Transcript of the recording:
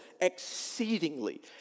exceedingly